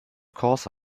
course